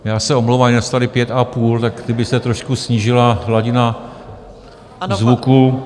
Já se omlouvám, je nás tady pět a půl, tak kdyby se trošku snížila hladina zvuku.